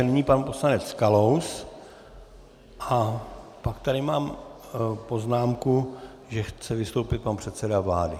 Nyní pan poslanec Kalous a pak tady mám poznámku, že chce vystoupit pan předseda vlády.